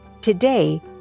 Today